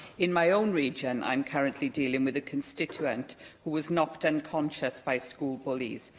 in my own region, i'm currently dealing with a constituent who was knocked unconscious by school bullies.